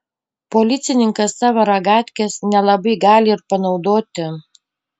policininkas savo ragatkės nelabai gali ir panaudoti